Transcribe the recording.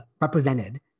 represented